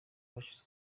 bacitse